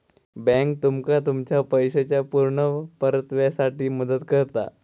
bank तुमका तुमच्या पैशाच्या पुर्ण परताव्यासाठी मदत करता